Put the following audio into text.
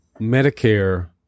Medicare